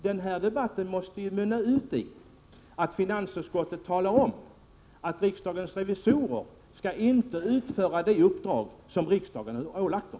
Den här debatten måste mynna ut i att finansutskottet talar om att riksdagens revisorer inte skall utföra det uppdrag som riksdagen ålagt dem.